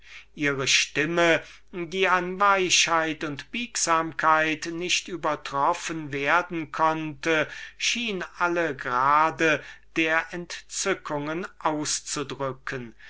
ihre stimme die an weichheit und biegsamkeit nicht übertroffen werden konnte schien alle grade der entzückungen auszudrücken